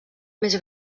més